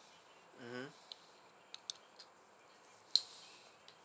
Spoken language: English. mmhmm